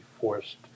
forced